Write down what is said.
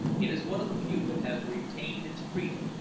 it is one of the few that has retained its freedom,